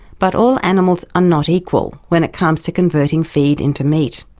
but all animals are not equal when it comes to converting feed into meat.